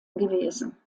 gewesen